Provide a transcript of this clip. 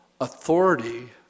authority